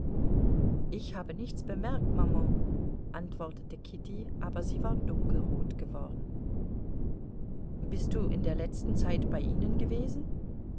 ich habe nichts bemerkt maman antwortete kitty aber sie war dunkelrot geworden bist du in letzter zeit bei ihnen gewesen